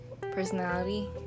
Personality